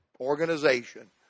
organization